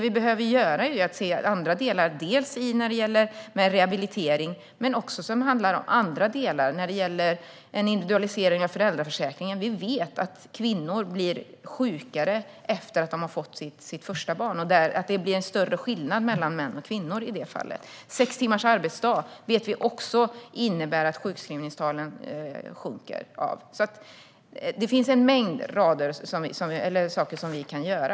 Vi behöver titta på annat, som rehabilitering. Vi behöver också titta på en individualisering av föräldraförsäkringen. Vi vet att kvinnor blir sjukare efter att de har fått sitt första barn, och det blir en större skillnad mellan män och kvinnor i det fallet. Vi vet att sex timmars arbetsdag innebär att sjuktalen sjunker. Det finns alltså en mängd saker att göra.